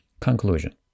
Conclusion